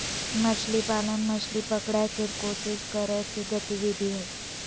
मछली पालन, मछली पकड़य के कोशिश करय के गतिविधि हइ